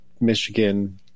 Michigan